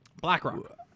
BlackRock